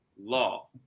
law